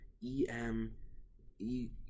E-M-E